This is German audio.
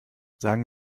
sagen